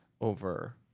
over